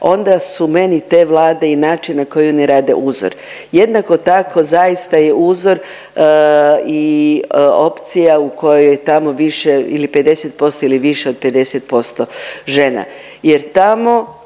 onda su meni te vlade i način na koji oni rade uzor. Jednako tako zaista je uzor i opcija u kojoj tamo više ili 50% ili više od 50% žena jer tamo